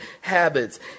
habits